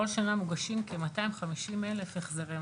בכל שנה מוגשים כ-250,000 החזרי מס,